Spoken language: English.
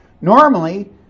normally